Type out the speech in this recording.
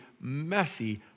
messy